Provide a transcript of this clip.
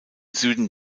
süden